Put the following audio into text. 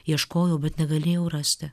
ieškojau bet negalėjau rasti